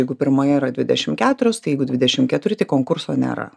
jeigu pirmoje yra dvidešim keturios tai jeigu dvidešim keturi tai konkurso nėra